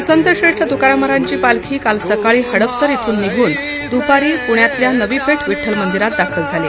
तर संतश्रेष्ठ तुकाराम महाराजांची पालखी काल सकाळी हडपसर येथून निघून दुपारी पृण्यातील नवी पेठ विठ्ठल मंदिरात दाखल झाली